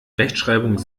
rechtschreibung